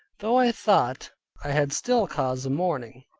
though i thought i had still cause of mourning,